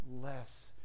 less